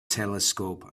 telescope